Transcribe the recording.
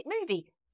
movie